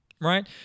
Right